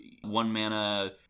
one-mana